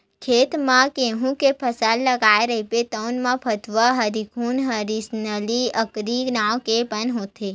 खेत म गहूँ के फसल लगाए रहिबे तउन म भथुवा, हिरनखुरी, किसननील, अकरी नांव के बन होथे